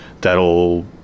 that'll